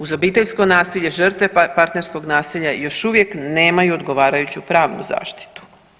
Uz obiteljsko nasilje žrtve partnerskog nasilja još uvijek nemaju odgovarajuću pravnu zaštitu.